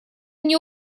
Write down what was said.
мне